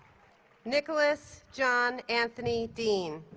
nicholas john anthony dehn